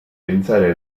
pensare